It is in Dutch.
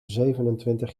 zevenentwintig